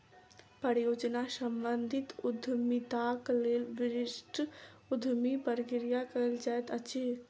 परियोजना सम्बंधित उद्यमिताक लेल विशिष्ट उद्यमी प्रक्रिया कयल जाइत अछि